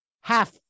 half